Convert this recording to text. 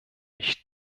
ich